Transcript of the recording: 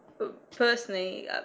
Personally